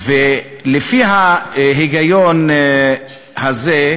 לפי ההיגיון הזה,